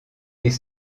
des